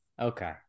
Okay